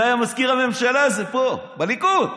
זה היה מזכיר הממשלה, זה, פה, בליכוד.